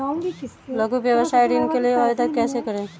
लघु व्यवसाय ऋण के लिए आवेदन कैसे करें?